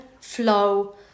flow